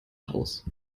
haus